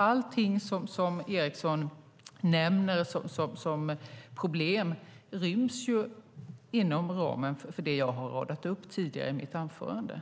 Allting som Eriksson nämner som problem ryms inom ramen för det jag har radat upp tidigare i mitt anförande.